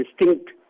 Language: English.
distinct